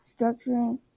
structuring